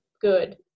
good